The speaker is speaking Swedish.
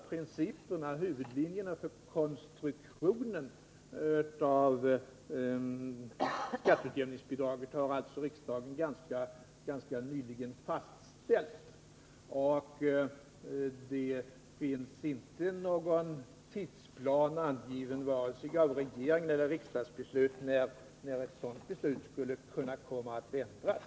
Principerna och huvudlinjerna för konstruktionen av skatteutjämningsbidraget har riksdagen ganska nyligen fastställt. Varken regeringen eller riksdagen har angivit någon tidsplan för en ändring av beslutet.